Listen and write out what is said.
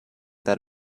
that